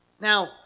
Now